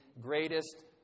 greatest